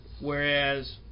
Whereas